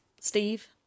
Steve